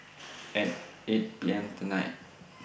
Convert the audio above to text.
At eight P M tonight